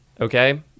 okay